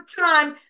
time